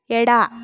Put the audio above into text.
ಎಡ